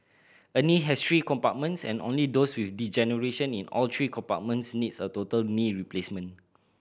a knee has three compartments and only those with degeneration in all three compartments needs a total knee replacement